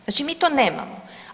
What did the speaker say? Znači mi to nemamo.